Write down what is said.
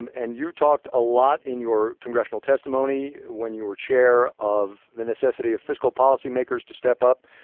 and and you talked a lot in your congressional testimony, when you were chair, of the necessity of fiscal policy makers to step up.